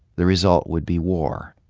the result would be war.